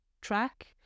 track